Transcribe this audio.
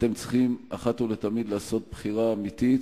אתם צריכים, אחת ולתמיד, לעשות בחירה אמיתית